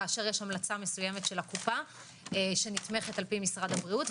כאשר יש המלצה של הקופה שנתמכת על-פי משרד הבריאות,